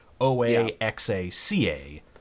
O-A-X-A-C-A